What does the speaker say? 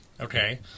Okay